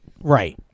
Right